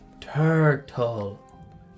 turtle